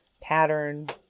pattern